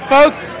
Folks